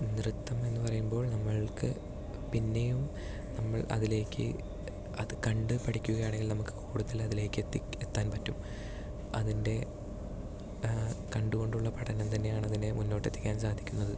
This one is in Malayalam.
നൃത്തം എന്നു പറയുമ്പോൾ നമ്മൾക്ക് പിന്നെയും നമ്മൾ അതിലേയ്ക്ക് അത് കണ്ട് പഠിക്കുകയാണെങ്കിൽ നമ്മൾക്ക് കൂടുതൽ അതിലേയ്ക്ക് എത്തി എത്താൻ പറ്റും അതിൻ്റെ കണ്ടു കൊണ്ടുള്ള പഠനം തന്നെയാണ് അതിനെ മുന്നോട്ട് എത്തിക്കാൻ സാധിക്കുന്നത്